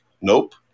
nope